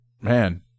man